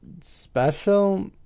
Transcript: special